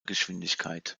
geschwindigkeit